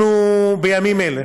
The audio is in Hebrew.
בימים אלה